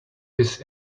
his